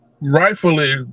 rightfully